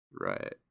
Right